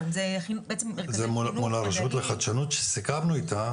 זה מול הרשות לחדשנות שסיכמנו איתה,